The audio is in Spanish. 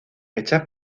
hechas